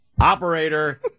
operator